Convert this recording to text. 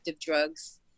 drugs